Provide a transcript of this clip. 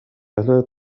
ألا